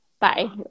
Bye